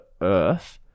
Earth